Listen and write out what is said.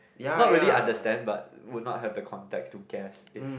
not really understand but would not have the context to guess if